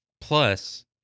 Plus